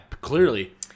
clearly